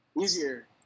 easier